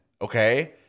Okay